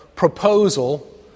proposal